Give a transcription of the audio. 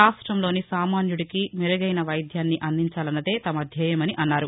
రాష్టంలోని సామాస్యుడికి మెరుగైన వైద్యాన్ని అందించాలన్నదే తమ ధ్యేయమని అన్నారు